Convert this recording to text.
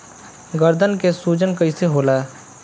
गर्दन के सूजन कईसे होला?